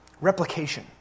replication